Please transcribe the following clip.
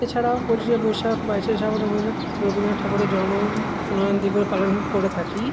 এছাড়াও পঁচিশে বৈশাখ বাইশে শ্রাবণ রবীন্দ্রনাথ রবীন্দ্রনাথ ঠাকুরের জন্ম রবীন্দ্রজয়ন্তী বার পালন করে থাকি